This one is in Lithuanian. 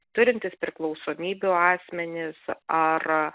turintys priklausomybių asmenys ar